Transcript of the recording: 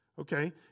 okay